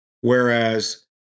Whereas